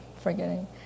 forgetting